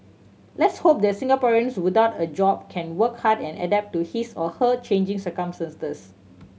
let's hope that Singaporeans without a job can work hard and adapt to his or her changing circumstances